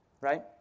right